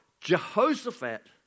Jehoshaphat